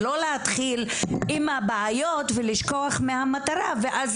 ולא להתחיל עם הבעיות ולשכוח מהמטרה ואז